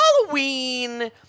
Halloween